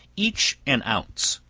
each an ounce,